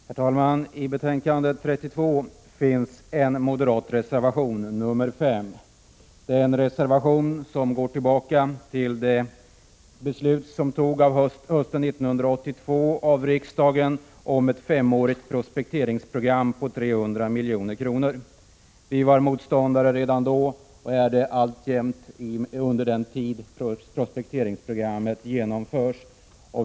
Herr talman! I näringsutskottets betänkande 1986/87:32 finns en moderat reservation, nr 5. Det är en reservation som går tillbaka till det beslut som riksdagen fattade hösten 1982 om ett femårigt prospekteringsprogram på 300 milj.kr. Vi moderater var motståndare till detta då, och vi är det fortfarande under den tid som prospekteringsprogrammet genomförs.